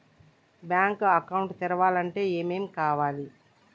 Bank account తెరవాలంటే ఏమేం కావాలి?